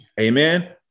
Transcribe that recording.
Amen